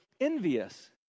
envious